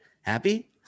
happy